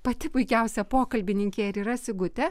pati puikiausia pokalbininkė ir yra sigutė